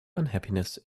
unhappiness